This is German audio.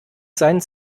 seinen